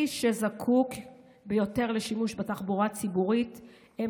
מי שזקוקים ביותר לשימוש בתחבורה הציבורית הם